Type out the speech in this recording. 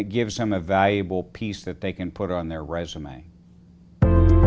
gives them a valuable piece that they can put on their resume